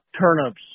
turnips